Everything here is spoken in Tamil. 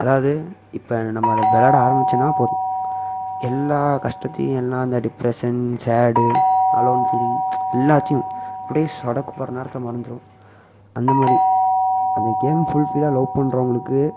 அதாவது இப்போ நம்ம அதை விளாட ஆரமிச்சோம்னா போதும் எல்லா கஷ்டத்தையும் எல்லாம் அந்த டிப்ரெஷன் சேடு அலோன் ஃபீலிங் எல்லாத்தையும் அப்படியே சொடக்கு போடுற நேரத்தில் மறந்துருவோம் அந்த மாதிரி அந்த கேம் ஃபுல்ஃபீலாக லவ் பண்ணுறவங்களுக்கு